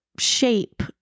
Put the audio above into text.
shape